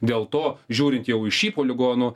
dėl to žiūrint jau į šį poligonų